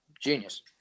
Genius